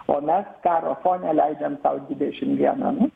o mes karo fone leidžiam sau dvidešimt vieną nu